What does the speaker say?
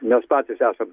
mes patys esam